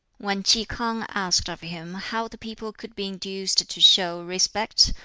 when ki k'ang asked of him how the people could be induced to show respect,